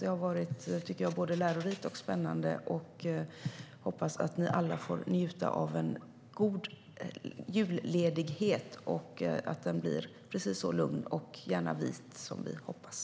Det har varit både lärorikt och spännande, tycker jag. Jag hoppas att ni alla får njuta av en god julledighet och att den blir precis så lugn och gärna vit som vi hoppas.